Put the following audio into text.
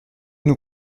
nous